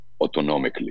autonomically